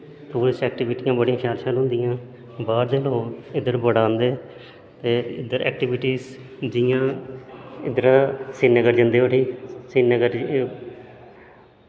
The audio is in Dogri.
स्पोटस ऐक्टिविटियां बड़ियां शैल शैल होंदियां न बाह्र दे लोग इद्धर बड़ा आंदे न ते इद्धर ऐक्टिविटीस जि'यां इद्धरा श्रीनगर जंदे उठी